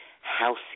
house